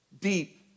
deep